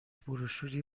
بروشوری